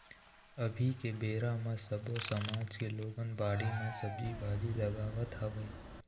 अभी के बेरा म सब्बो समाज के लोगन बाड़ी म सब्जी भाजी लगावत हवय